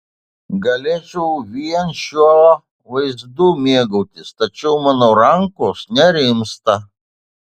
galėčiau vien šiuo vaizdu mėgautis tačiau mano rankos nerimsta